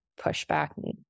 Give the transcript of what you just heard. pushback